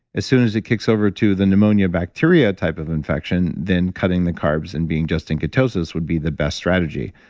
as soon as it kicks over to the pneumonia bacteria type of infection, then cutting the carbs and being just in ketosis would be the best strategy.